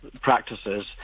practices